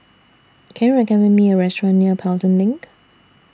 Can YOU recommend Me A Restaurant near Pelton LINK